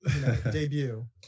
Debut